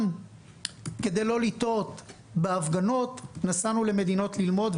כדי לא לטעות בהפגנות נסענו למדינות ללמוד,